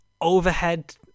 overhead